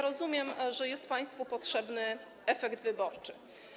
Rozumiem, że jest państwu potrzebny efekt wyborczy.